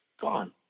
gone